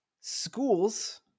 schools